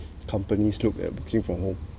companies look at working from home